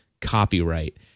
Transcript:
Copyright